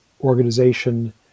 organization